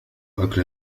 أكل